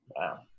Wow